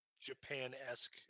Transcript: Japan-esque